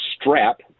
strap